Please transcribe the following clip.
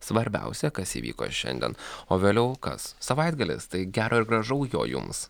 svarbiausia kas įvyko šiandien o vėliau kas savaitgalis tai gero ir gražau jo jums